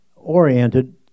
oriented